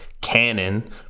canon